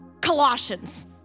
Colossians